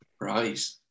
Right